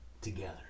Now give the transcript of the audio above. together